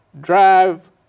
drive